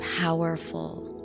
powerful